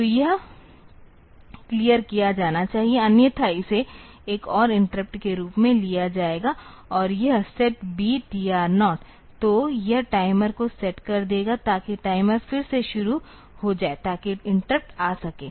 तो यह क्लियर किया जाना चाहिए अन्यथा इसे एक और इंटरप्ट के रूप में लिया जाएगा और यह SETB TR 0 तो यह टाइमर को सेट कर देगा ताकि टाइमर फिर से शुरू हो जाए ताकि इंटरप्ट आ सके